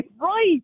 right